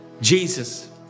Jesus